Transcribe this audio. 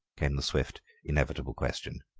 came the swift, inevitable question.